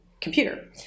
computer